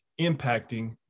impacting